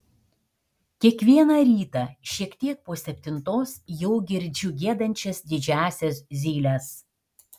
kiekvieną ryta šiek tiek po septintos jau girdžiu giedančias didžiąsias zyles